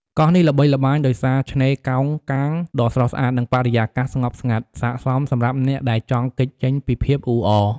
កោះនេះល្បីល្បាញដោយសារឆ្នេរកោងកាងដ៏ស្រស់ស្អាត និងបរិយាកាសស្ងប់ស្ងាត់ ស័ក្តិសមសម្រាប់អ្នកដែលចង់គេចចេញពីភាពអ៊ូអរ។